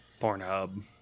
Pornhub